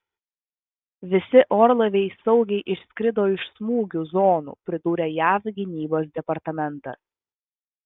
visi orlaiviai saugiai išskrido iš smūgių zonų pridūrė jav gynybos departamentas